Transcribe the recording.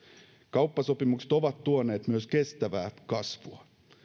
kauppasopimukset ovat tuoneet myös kestävää kasvua